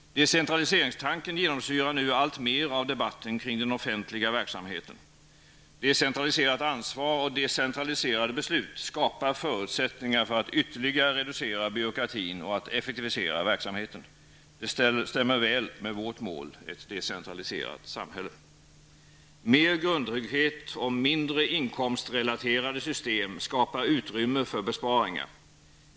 Decentraliseringstanken genomsyrar nu alltmer av debatten kring den offentliga verksamheten. Decentraliserat ansvar och decentraliserade beslut skapar förutsättningar för att ytterligare reducera byråkratin och för att effektivisera verksamheten. Det stämmer väl med vårt mål -- ett decentraliserat samhälle. Mer grundtrygghet och mindre inkomstrelaterade system skapar utrymme för besparingar.